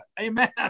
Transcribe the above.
Amen